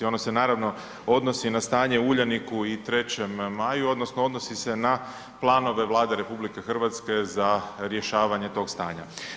Ono se naravno odnosi na stanje u Uljaniku i 3. maju, odnosno odnosi se na planove Vlade RH za rješavanje tog stanja.